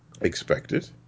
Expected